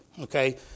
Okay